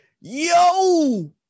yo